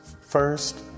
first